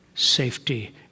safety